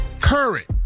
current